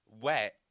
wet